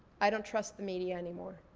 i don't trust the media anymore.